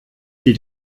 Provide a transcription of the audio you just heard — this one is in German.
sie